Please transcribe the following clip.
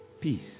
Peace